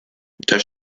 das